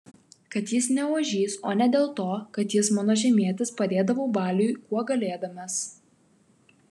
kad jis ne ožys o ne dėl to kad jis mano žemietis padėdavau baliui kuo galėdamas